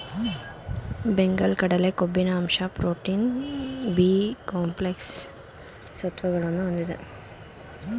ಬೆಂಗಲ್ ಕಡಲೆ ಕೊಬ್ಬಿನ ಅಂಶ ಪ್ರೋಟೀನ್, ಬಿ ಕಾಂಪ್ಲೆಕ್ಸ್ ಸತ್ವಗಳನ್ನು ಹೊಂದಿದೆ